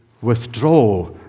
withdraw